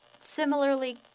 similarly